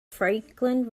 franklin